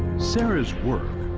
sarah's work,